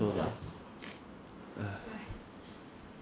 吃喝玩乐开你自己的餐厅煮饭